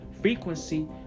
frequency